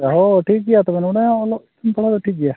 ᱦᱳᱭ ᱴᱷᱤᱠ ᱜᱮᱟ ᱛᱚᱵᱮ ᱚᱱᱟ ᱚᱞᱚᱜ ᱯᱟᱲᱦᱟᱜ ᱫᱚ ᱴᱷᱤᱠ ᱜᱮᱭᱟ